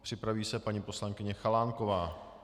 Připraví se paní poslankyně Chalánková.